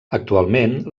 actualment